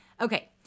Okay